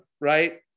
right